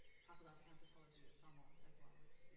talk about the anthropology of samoa as well. which, you